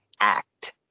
act